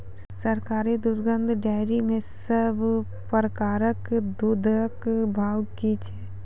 सरकारी दुग्धक डेयरी मे सब प्रकारक दूधक भाव की छै?